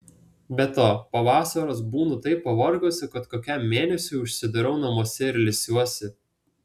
be to po vasaros būnu taip pavargusi kad kokiam mėnesiui užsidarau namuose ir ilsiuosi